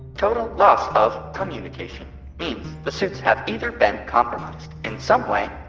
total loss of communication means the suits have either been compromised in some way,